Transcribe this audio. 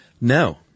No